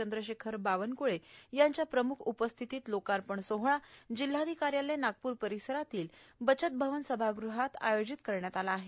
चंद्रशेखर बावनकुळे यांच्या प्रमुख उपस्थितीत लोकार्पण सोहळा जिल्हाधिकारी कार्यालय परिसरातील बचत भवन सभागृहात आयोजित करण्यात आला आहे